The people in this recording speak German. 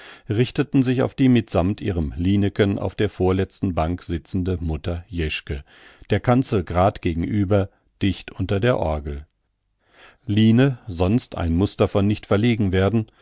richteten sich auf die mitsammt ihrem lineken auf der vorletzten bank sitzende mutter jeschke der kanzel grad gegenüber dicht unter der orgel line sonst ein muster von nichtverlegenwerden wußte